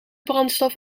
brandstof